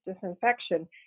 disinfection